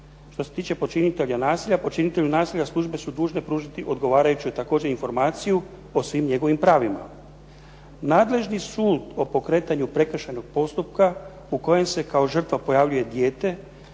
Što se tiče počinitelja nasilja počinitelju nasilja službe su dužne pružiti odgovarajuću također informaciju o svim njegovim pravima. Nadležni sud o pokretanju prekršajnog postupka u kojem se kao žrtva pojavljuje dijete